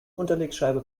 unterlegscheibe